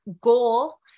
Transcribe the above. goal